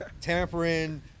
Tampering